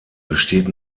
besteht